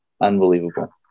Unbelievable